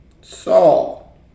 Saul